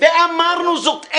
ואמרנו זאת.